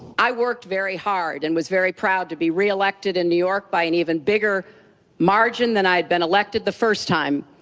i worked very hard and was proud to be reelected in new york by an even bigger margin than i had been elected the first time.